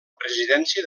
presidència